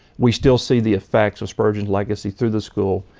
we still see the effects of spurgeon's legacy through the school,